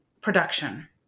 production